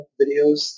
videos